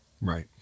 Right